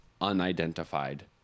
unidentified